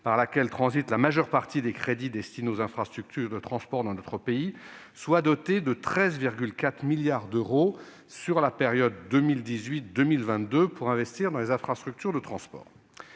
par laquelle transite la majeure partie des crédits destinés aux infrastructures de transport dans notre pays, soit dotée de 13,4 milliards d'euros pour la période 2018-2022, afin d'investir dans les infrastructures de transport.